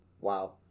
Wow